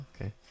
okay